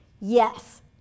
Yes